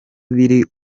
biri